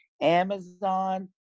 Amazon